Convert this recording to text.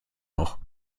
noch